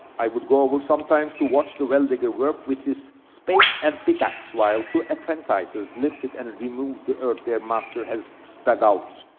i would go over sometimes to watch the well-digger work with his spade and pick axe, while two apprentices lifted and removed the earth their master has dug out.